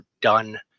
done